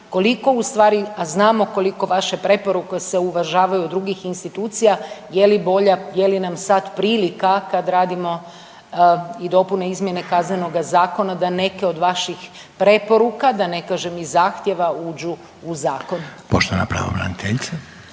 koliko ustvari, a znamo koliko vaše preporuke se uvažavaju od drugih institucija, je li bolja, je li nam sad prilika kad radimo i dopune i izmjene Kaznenoga zakona da neke od vaših preporuka, da ne kažem i zahtjeva uđu u zakon? **Reiner, Željko